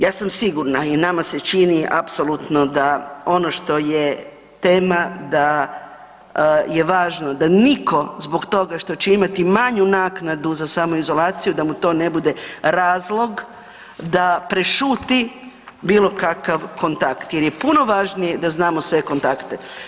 Ja sam sigurna i nama se čini apsolutno da ono što je tema da je važno da nitko zbog toga što će imati manju naknadu za samoizolaciju da mu to ne bude razlog da prešuti bilo kakav kontakt jer je puno važnije da znamo sve kontakte.